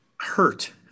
Hurt